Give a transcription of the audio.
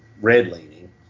red-leaning